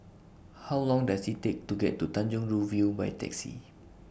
How Long Does IT Take to get to Tanjong Rhu View By Taxi